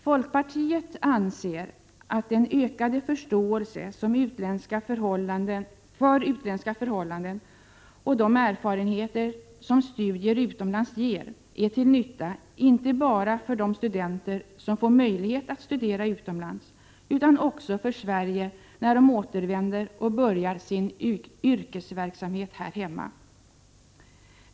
Folkpartiet anser att den ökade förståelse för utländska förhållanden och de erfarenheter som studier utomlands ger är till nytta, inte bara för de studenter som får möjlighet att studera utomlands, utan också för Sverige, när de återvänder och börjar sin yrkesverksamhet här hemma.